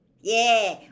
Yeah